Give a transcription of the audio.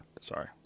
Sorry